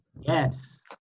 Yes